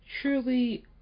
truly